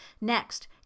Next